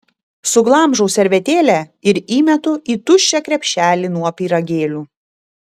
suglamžau servetėlę ir įmetu į tuščią krepšelį nuo pyragėlių